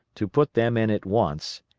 to put them in at once,